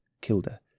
Kilda